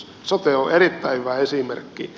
sote on erittäin hyvä esimerkki